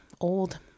old